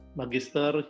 magister